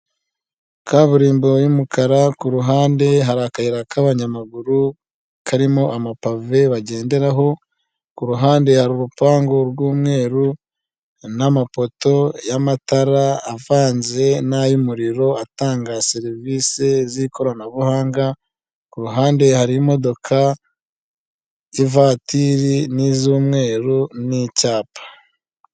Kaburimbo y'umukara, ku ruhande hari akayira k'abanyamaguru karimo amapave bagenderaho, ku ruhande hari urupangu rw'umweru, n'amapoto y'amatara avanze n'ay'umuriro, atanga serivise z'ikoranabuhanga, ku ruhande hari imodoka y'ivatiri, n'iz'umweru, n'icyapa.